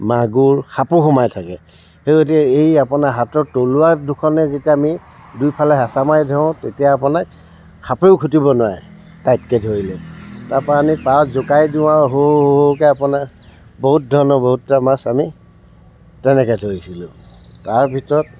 মাগুৰ সাপো সোমাই থাকে সেই গতিকে এই আপোনাৰ হাতৰ তলুৱা দুখনে যেতিয়া আমি দুইফালে হেঁচা মাৰি ধৰোঁ তেতিয়া আপোনাক সাপেও খুটিব নোৱাৰে টাইটকে ধৰিলে তাৰপৰা আনি পাৰত জোকাৰি দিওঁ আৰু হুৰ হুৰ হুৰ হুৰকৈ আপোনাৰ বহুত ধৰণৰ বহুতটা মাছ আমি তেনেকৈ ধৰিছিলোঁ তাৰ ভিতৰত